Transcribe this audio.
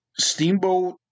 Steamboat